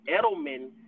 Edelman –